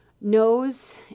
Knows